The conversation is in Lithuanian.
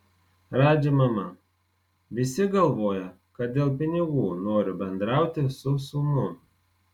radži mama visi galvoja kad dėl pinigų noriu bendrauti su sūnum